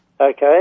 Okay